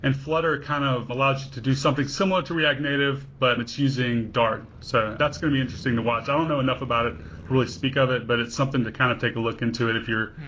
and flutter kind of allows you to do something similar to react native, but it's using dart. so that's going to be interesting to watch. i don't know enough about to really speak of it, but it's something to kind of take a look into it if you're,